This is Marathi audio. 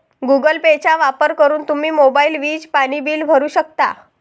गुगल पेचा वापर करून तुम्ही मोबाईल, वीज, पाणी बिल भरू शकता